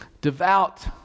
devout